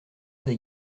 des